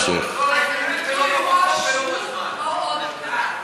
אז הביטוי הוא או "שוב" או "עוד פעם".